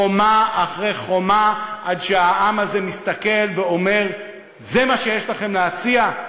חומה אחרי חומה עד שהעם הזה מסתכל ואומר: זה מה שיש לכם להציע?